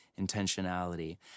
intentionality